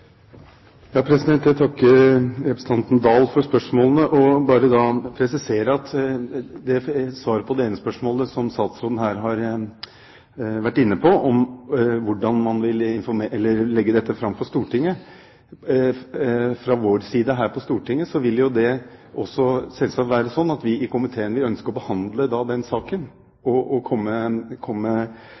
Jeg takker representanten Dahl for spørsmålene. Jeg vil bare presisere at svaret på det ene spørsmålet, om hvordan man vil legge dette fram for Stortinget, var statsråden nå inne på. Fra vår side her på Stortinget vil det selvsagt være sånn at vi i komiteen vil ønske å behandle den saken og komme